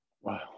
Wow